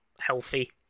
healthy